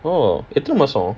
orh that time also